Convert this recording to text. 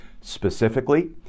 Specifically